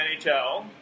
NHL